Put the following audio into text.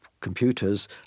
computers –